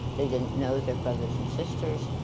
they didn't know their brothers and sisters.